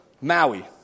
Maui